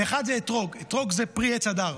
אחד זה אתרוג, אתרוג זה פרי עץ הדר.